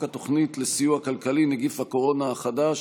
התוכנית לסיוע כלכלי (נגיף הקורונה החדש)